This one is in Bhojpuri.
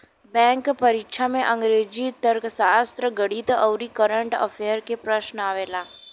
बैंक क परीक्षा में अंग्रेजी, तर्कशास्त्र, गणित आउर कंरट अफेयर्स के प्रश्न आवला